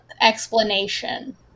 explanation